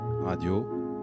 Radio